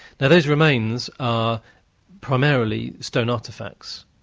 those remains are primarily stone artefacts,